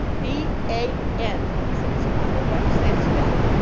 b a n, said his father, what does that spell?